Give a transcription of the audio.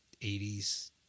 80s